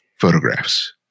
photographs